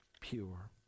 pure